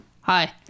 Hi